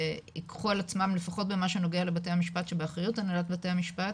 שייקחו על עצמם לפחות במה שנוגע לבתי המשפט שבאחריות הנהלת בתי המשפט,